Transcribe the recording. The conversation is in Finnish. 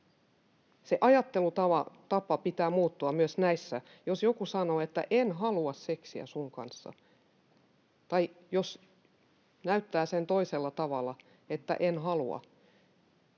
Sen ajattelutavan pitää muuttua myös näissä: jos joku sanoo, että en halua seksiä kanssasi, tai jos näyttää toisella tavalla, että en halua,